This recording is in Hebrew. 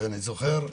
ואני זוכר,